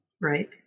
Right